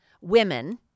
women